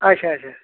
اچھا اچھا